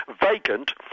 vacant